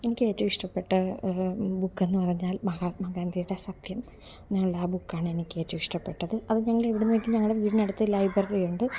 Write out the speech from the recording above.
എനിക്ക് ഏറ്റവും ഇഷ്ടപ്പെട്ട ബുക്കെന്നു പറഞ്ഞാൽ മഹാത്മാ ഗാന്ധിയുടെ സത്യം എന്നുള്ള ബുക്കാണ് എനിക്ക് ഏറ്റവും ഇഷ്ടപ്പെട്ടത് അതു ഞങ്ങൾ ഇവിടുന്ന് എങ്കിലും നമ്മുടെ വീടിന് അടുത്തു ലൈബ്രറി ഉണ്ട്